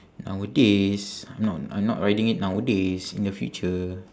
nowadays I'm not I'm not riding it nowadays in the future